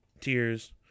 tears